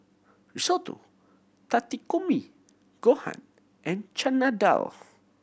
Risotto Takikomi Gohan and Chana Dal